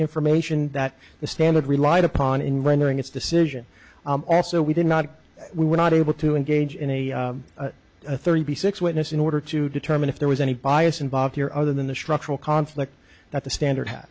information that the standard relied upon in rendering its decision also we did not we were not able to engage in a thirty six witness in order to determine if there was any bias involved here other than the structural conflict that the standard